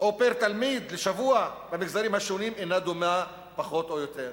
או פר-תלמיד לשבוע במגזרים השונים אינה דומה פחות או יותר.